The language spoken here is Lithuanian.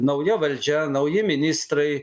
nauja valdžia nauji ministrai